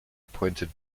appointed